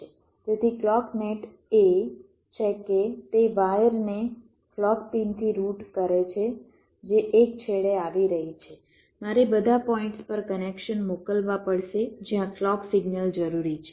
તેથી clock net એ છે કે તે વાયરને ક્લૉક પિનથી રૂટ કરે છે જે એક છેડે આવી રહી છે મારે બધા પોઇન્ટ્સ પર કનેક્શન મોકલવા પડશે જ્યાં ક્લૉક સિગ્નલ જરૂરી છે